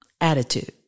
attitude